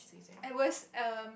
it was um